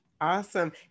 Awesome